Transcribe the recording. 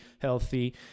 healthy